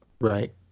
Right